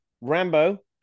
Rambo